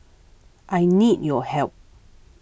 I need your help